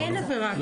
אין עבירה.